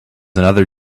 another